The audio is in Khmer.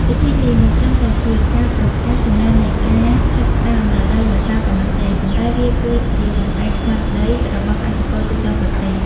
ពិធីនេះមិនត្រឹមតែជាការប្រកាសសញ្ញានៃការចាប់ផ្តើមរដូវវស្សាប៉ុណ្ណោះទេ ប៉ុន្តែវាគឺជាបង្អែកស្មារតីរបស់កសិករទូទាំងប្រទេស។